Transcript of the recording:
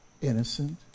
innocent